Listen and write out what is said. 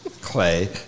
Clay